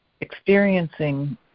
experiencing